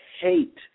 hate